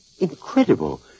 Incredible